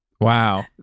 Wow